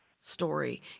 story